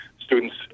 students